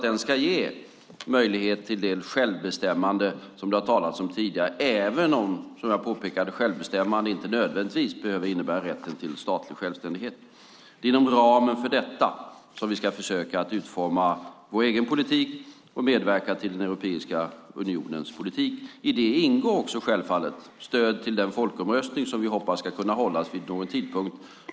Den ska ge möjlighet till det självbestämmande som det har talats om tidigare, även om - som jag tidigare har påpekat - självbestämmande inte nödvändigtvis behöver innebära rätt till statlig självständighet. Det är inom ramen för detta som vi ska försöka utforma vår egen politik och medverka till Europeiska unionens politik. I det ingår också självfallet stöd till den folkomröstning som vi hoppas ska hållas vid någon tidpunkt.